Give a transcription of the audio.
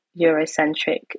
Eurocentric